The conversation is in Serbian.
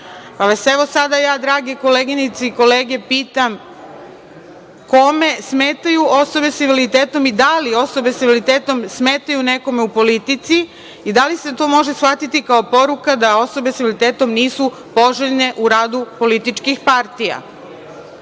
pa vas sada ja, drage koleginice i kolege, pitam – kome smetaju osobe sa invaliditetom i da li osobe sa invaliditetom smetaju nekome u politici? Da li se to može shvatiti kao poruka da osobe sa invaliditetom nisu poželjne u radu političkih partija? Da